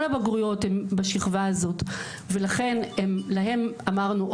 כל הבגרויות הן בשכבה הזאת ולכן להם אמרנו,